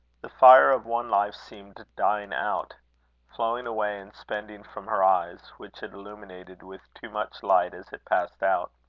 the fire of one life seemed dying out flowing away and spending from her eyes, which it illuminated with too much light as it passed out.